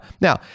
Now